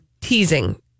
teasing